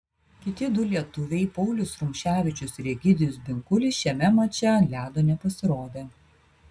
kiti du lietuviai paulius rumševičius ir egidijus binkulis šiame mače ant ledo nepasirodė